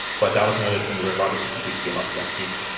but that was another thing where it allowed us to quickly scale up to that peak,